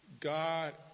God